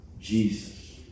Jesus